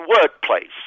workplace